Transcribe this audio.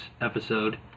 episode